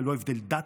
ללא הבדל דת,